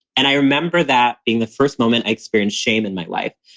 and i remember that being the first moment i experience shame in my life.